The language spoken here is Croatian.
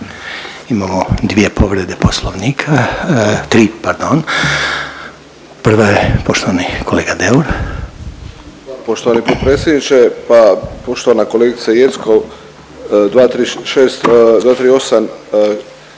Imamo dvije povrede Poslovnika, tri pardon, prva je poštovani kolega Deur. **Deur, Ante (HDZ)** Poštovani potpredsjedniče, pa poštovana kolegice Jeckov, 236.,